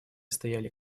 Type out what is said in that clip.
стояли